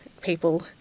people